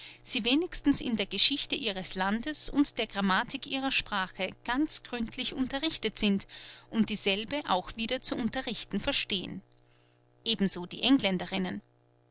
sie wenigstens in der geschichte ihres landes und der grammatik ihrer sprache ganz gründlich unterrichtet sind und dieselbe auch wieder zu unterrichten verstehen ebenso die engländerinnen